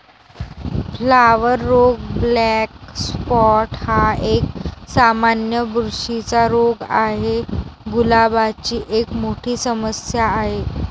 flower रोग black spot हा एक, सामान्य बुरशीचा रोग आहे, गुलाबाची एक मोठी समस्या आहे